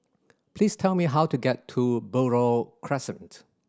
please tell me how to get to Buroh Crescent